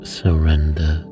surrender